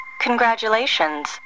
Congratulations